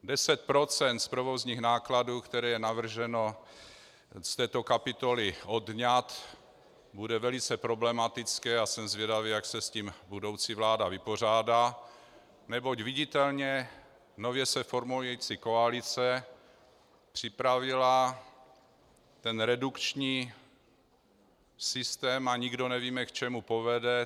Deset procent z provozních nákladů, které je navrženo z této kapitoly odejmout, bude velice problematické, a jsem zvědav, jak se s tím budoucí vláda vypořádá, neboť viditelně nově se formující koalice připravila redukční systém a nikdo nevíme, k čemu povede.